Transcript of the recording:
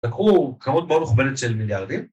‫לקחו כמות מאוד מכובדת של מיליארדים,